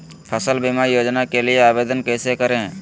फसल बीमा योजना के लिए आवेदन कैसे करें?